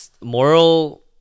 moral